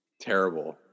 Terrible